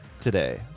today